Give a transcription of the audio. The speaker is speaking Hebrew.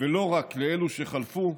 ולא רק לאלו שחלפו,